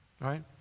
Right